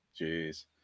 Jeez